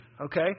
Okay